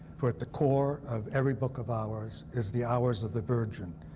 for at the core of every book of hours is the hours of the virgin.